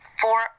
four